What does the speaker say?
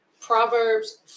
Proverbs